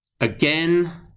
again